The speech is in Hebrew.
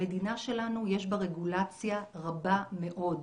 במדינה שלנו יש רגולציה רבה מאוד,